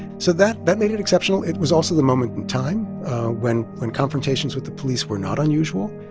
so that that made it exceptional. it was also the moment in time when when confrontations with the police were not unusual.